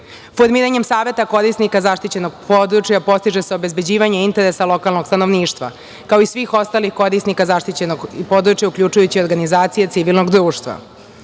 Formiranjem Saveta korisnika zaštićenog područja postiže se obezbeđivanje interesa lokalnog stanovništva, kao i svih ostalih korisnika zaštićenog područja, uključujući organizacije civilnog društva.